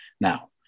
Now